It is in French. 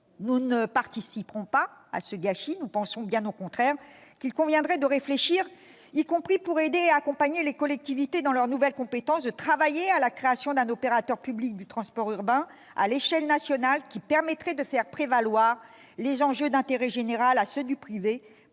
Nous ne participerons pas à ce gâchis ! Nous pensons bien au contraire qu'il conviendrait de réfléchir, y compris pour aider et accompagner les collectivités dans leurs nouvelles compétences, à la création d'un opérateur public du transport urbain, à l'échelle nationale, qui permettrait de faire prévaloir les enjeux d'intérêt général sur ceux du privé